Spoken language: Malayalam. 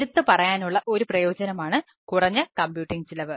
എടുത്തു പറയാനുള്ള ഒരു പ്രയോജനമാണ് കുറഞ്ഞ കമ്പ്യൂട്ടിംഗ് ചിലവ്